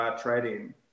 trading